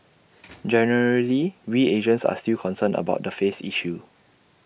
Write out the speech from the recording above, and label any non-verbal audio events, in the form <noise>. <noise> generally we Asians are still concerned about the face issue